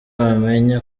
wamenya